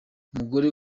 umugore